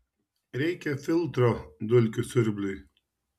reikia filtro dulkių siurbliui